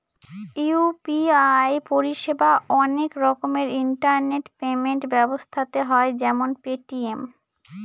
UPI পরিষেবা অনেক রকমের ইন্টারনেট পেমেন্ট ব্যবস্থাতে হয় যেমন পেটিএম